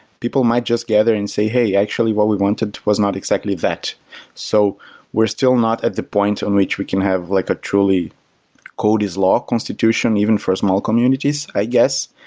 people might just gather and say, hey, actually what we wanted was not exactly. so we're still not at the point on which we can have like a truly code is law constitution, even for small communities, i guess.